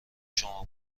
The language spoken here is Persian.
شما